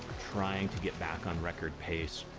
trying to get back on record pace,